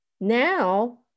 now